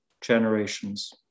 generations